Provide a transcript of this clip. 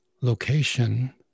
location